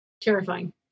terrifying